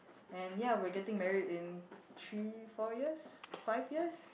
and ya we're getting married in three four years five years